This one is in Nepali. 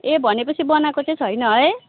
ए भन्योपछि बनाएको चाहिँ छैन है